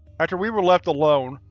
after we were left alone,